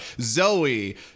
Zoe